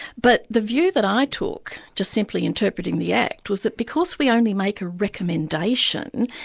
but the view that i took just simply interpreting the act, was that because we only make a recommendation,